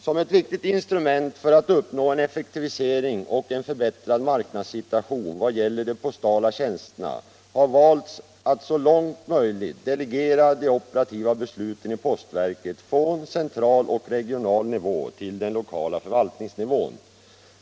Som ett viktigt instrument för att uppnå en effektivisering och en förbättrad marknadssituation vad gäller de postala tjänsterna har valts att så långt möjligt delegera de operativa bestuten i postverket från central och regional nivå till den lokala förvaltningsnivån.